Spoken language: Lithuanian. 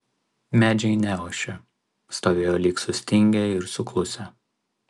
medžiai neošė stovėjo lyg sustingę ir suklusę